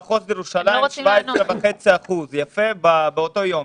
אני רואה שבמחוז ירושלים היו 17.5% באותו יום.